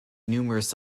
numerous